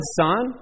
son